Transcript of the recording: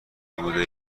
بوده